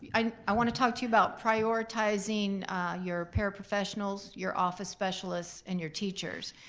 i i want to talk to you about prioritizing your paraprofessionals, your office specialists and your teachers.